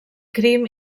crim